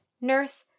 Nurse